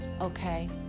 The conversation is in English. okay